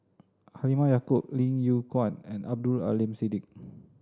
Halimah Yacob Lim Yew Kuan and Abdul Aleem Siddique